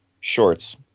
shorts